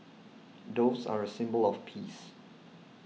doves are a symbol of peace